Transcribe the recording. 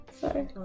Sorry